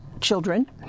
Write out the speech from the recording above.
children